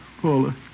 Paula